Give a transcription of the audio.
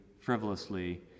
frivolously